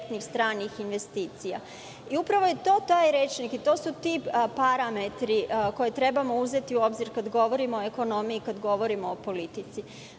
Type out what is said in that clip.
Upravo je to taj rečnik i to su ti parametri koje treba da uzmemo u obzir kada govorimo o ekonomiji i kada govorimo o politici. Vrsta